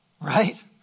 Right